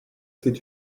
c’est